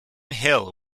hill